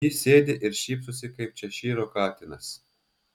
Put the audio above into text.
jis sėdi ir šypsosi kaip češyro katinas